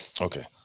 Okay